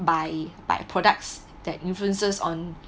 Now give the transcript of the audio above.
buy buy products that influencers on